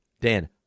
Dan